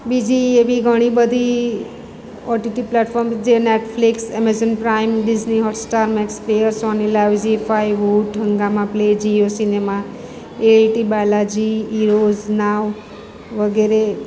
બીજી એવી ઘણી બધી ઓટીટી પ્લેટફોર્મ જે Netflix Amazon Prime Disney Hotstar MX Player Sony Liv Zee Five Voot Hungama Play Jio Cinema ALT Balaji Eros Now વગેરે